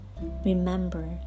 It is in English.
Remember